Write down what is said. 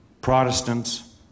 Protestants